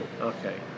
Okay